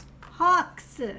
Hawks